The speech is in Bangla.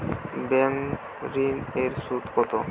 ব্যাঙ্ক ঋন এর সুদ কত?